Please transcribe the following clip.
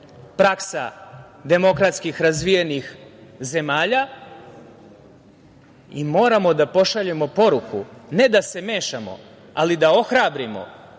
praksa demokratskih razvijenih zemalja i moramo da pošaljemo poruku, ne da se mešamo, ali da ohrabrimo,